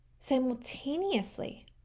Simultaneously